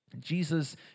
Jesus